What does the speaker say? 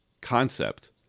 concept